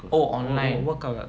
oh online